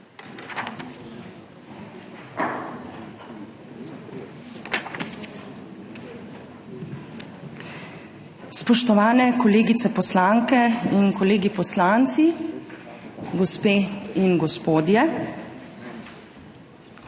Spoštovane kolegice poslanke in kolegi poslanci, gospe in gospodje!